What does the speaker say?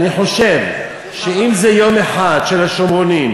אני חושב שאם זה יום אחד של השומרונים,